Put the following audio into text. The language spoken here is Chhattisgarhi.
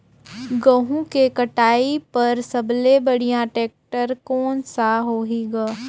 गहूं के कटाई पर सबले बढ़िया टेक्टर कोन सा होही ग?